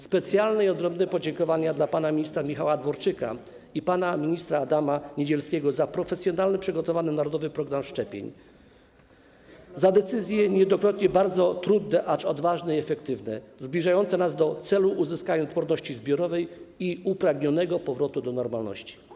Specjalne i ogromne podziękowania dla pana ministra Michała Dworczyka i pana ministra Adama Niedzielskiego za profesjonalnie przygotowany Narodowy Program Szczepień, za decyzje niejednokrotnie bardzo trudne, acz odważne i efektywne, zbliżające nas do celu - uzyskania odporności zbiorowej i upragnionego powrotu do normalności.